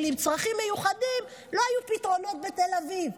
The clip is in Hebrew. עם צרכים מיוחדים לא היו פתרונות בתל אביב,